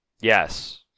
Yes